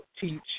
teach